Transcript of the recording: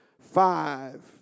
five